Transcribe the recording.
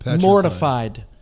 mortified